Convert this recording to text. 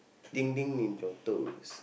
tingling in your toes